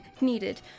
needed